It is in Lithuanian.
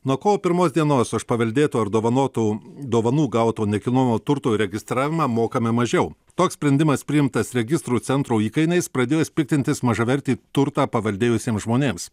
nuo kovo pirmos dienos už paveldėto dovanotu dovanų gauto nekilnojamo turto įregistravimą mokame mažiau toks sprendimas priimtas registrų centro įkainiais pradėjus piktintis mažavertį turtą paveldėjusiems žmonėms